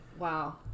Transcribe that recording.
Wow